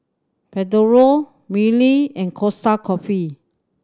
Pedro Mili and Costa Coffee